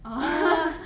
oh